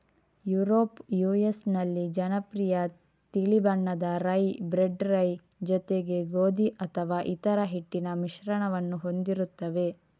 Europe US ನಲ್ಲಿ ಜನಪ್ರಿಯ ತಿಳಿ ಬಣ್ಣದ ರೈ, ಬ್ರೆಡ್ ರೈ ಜೊತೆಗೆ ಗೋಧಿ ಅಥವಾ ಇತರ ಹಿಟ್ಟಿನ ಮಿಶ್ರಣವನ್ನು ಹೊಂದಿರುತ್ತವೆ